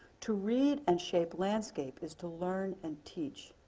to read and shape landscape is to learn and teach,